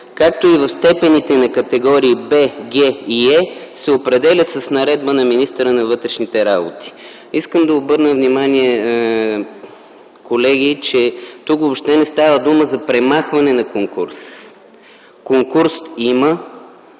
както и в степените на категории Б, Г и Е се определят с наредба на министъра на вътрешните работи”. Искам да обърна внимание, колеги, че тук въобще не става дума за премахване на конкурс. Конкурс има,